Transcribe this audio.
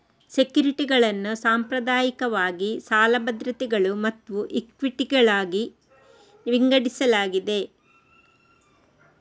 ಸೆಕ್ಯುರಿಟಿಗಳನ್ನು ಸಾಂಪ್ರದಾಯಿಕವಾಗಿ ಸಾಲ ಭದ್ರತೆಗಳು ಮತ್ತು ಇಕ್ವಿಟಿಗಳಾಗಿ ವಿಂಗಡಿಸಲಾಗಿದೆ